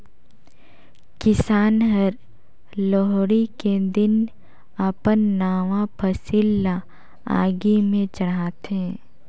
किसान हर लोहड़ी के दिन अपन नावा फसिल ल आगि में चढ़ाथें